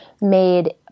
made